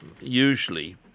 Usually